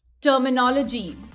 terminology